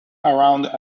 around